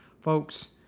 Folks